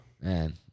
Man